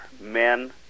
men